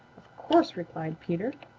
course, replied peter,